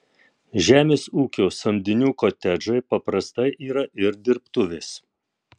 žemės ūkio samdinių kotedžai paprastai yra ir dirbtuvės